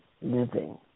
Living